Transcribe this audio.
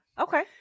Okay